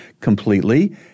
completely